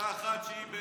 אותה אחת שהיא בעצם,